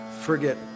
forget